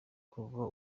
kuva